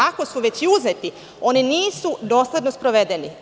Ako su već i uzeti, oni nisu dosledno sprovedeni.